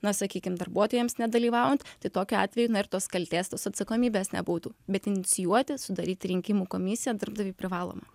na sakykim darbuotojams nedalyvaujant tai tokiu atveju na ir tos kaltės tos atsakomybės nebūtų bet inicijuoti sudaryti rinkimų komisiją darbdaviui privaloma